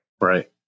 Right